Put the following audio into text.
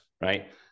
right